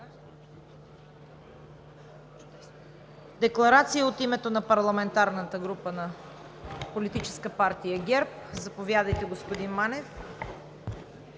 Декларация от името на парламентарната група на Политическа партия ГЕРБ – заповядайте, господин Манев.